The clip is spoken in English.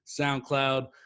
SoundCloud